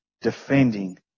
defending